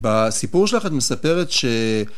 בסיפור שלך את מספרת ש...